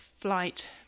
flight